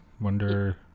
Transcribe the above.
wonder